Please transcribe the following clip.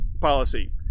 policy